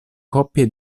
coppie